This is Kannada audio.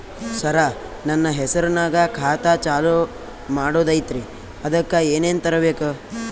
ಸರ, ನನ್ನ ಹೆಸರ್ನಾಗ ಖಾತಾ ಚಾಲು ಮಾಡದೈತ್ರೀ ಅದಕ ಏನನ ತರಬೇಕ?